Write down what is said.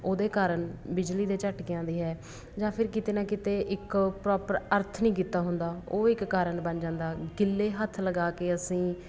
ਉਹਦੇ ਕਾਰਨ ਬਿਜਲੀ ਦੇ ਝੱਟਕੇ ਆਉਂਦੇ ਹੈ ਜਾਂ ਫਿਰ ਕਿਤੇ ਨਾ ਕਿਤੇ ਇੱਕ ਪ੍ਰੋਪਰ ਅਰਥ ਨਹੀਂ ਕੀਤਾ ਹੁੰਦਾ ਉਹ ਇੱਕ ਕਾਰਨ ਬਣ ਜਾਂਦਾ ਗਿੱਲੇ ਹੱਥ ਲਗਾ ਕੇ ਅਸੀਂ